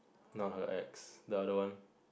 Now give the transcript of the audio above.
not her ex the other one